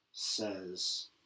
Says